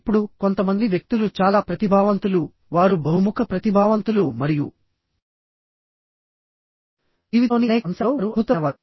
ఇప్పుడు కొంతమంది వ్యక్తులు చాలా ప్రతిభావంతులు వారు బహుముఖ ప్రతిభావంతులు మరియు జీవితంలోని అనేక అంశాలలో వారు అద్భుతమైనవారు